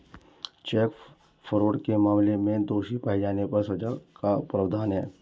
check fraud के मामले में दोषी पाए जाने पर सजा का प्रावधान है